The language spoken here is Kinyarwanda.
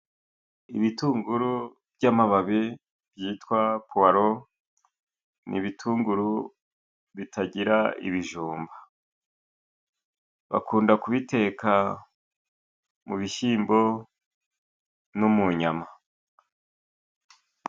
Ibitunguru by'amababi byitwa puwalo ni ibitunguru bitagira ibijumba, bakunda kubiteka mu bishyimbo no mu nyama.